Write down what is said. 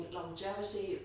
longevity